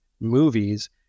movies